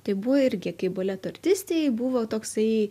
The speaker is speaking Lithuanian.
tai buvo irgi kaip baleto artistei buvo toksai